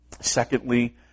Secondly